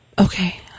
Okay